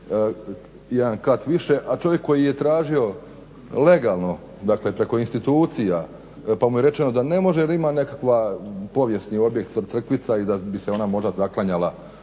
jedan kat više a čovjek koji je tražio legalno dakle preko institucija pa mu je rečeno da ne može jer ima povijesni objekt crkvica i da bi se ona možda zaklanjala